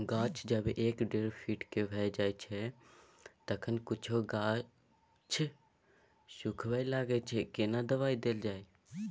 गाछ जब एक डेढ फीट के भ जायछै तखन कुछो गाछ सुखबय लागय छै केना दबाय देल जाय?